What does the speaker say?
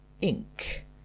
ink